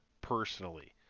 personally